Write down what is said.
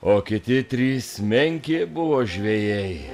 o kiti trys menki buvo žvejai